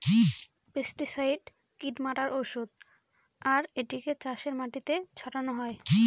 pesticide কীট মারার ঔষধ আর এটিকে চাষের মাটিতে ছড়ানো হয়